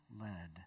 led